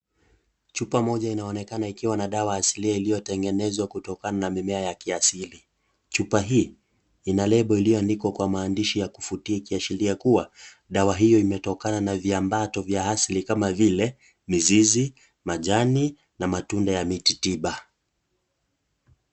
Chupa moja inaonekana ikiwa na dawa asilia iliyotengenezwa kutokana na mimea ya kiasili. Chupa hii, ina label iliyoandikwa kwa maandishi ya kufutia ikiashiria kuwa, dawa hiyo imetokana na viambato vya asili kama vile; mizizi, majani na matunda ya miti tiba.